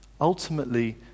Ultimately